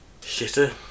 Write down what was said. Shitter